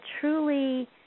truly